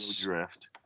Drift